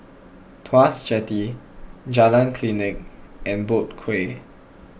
Tuas Jetty Jalan Klinik and Boat Quay